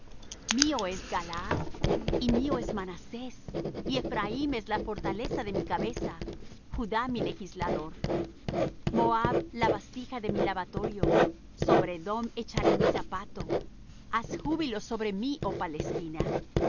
es galaad y mío es manasés y ephraim es la fortaleza de mi cabeza judá mi legislador moab la vasija de mi lavatorio sobre edom echaré mi zapato haz júbilo sobre mí oh palestina